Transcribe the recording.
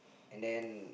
and then